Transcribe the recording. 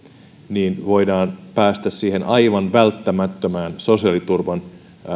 niin voidaan päästä siihen aivan välttämättömään sosiaaliturvan